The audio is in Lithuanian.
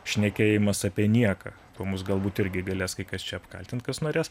šnekėjimas apie nieką kuo mus galbūt irgi galės kai kas čia apkaltint kas norės